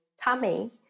tummy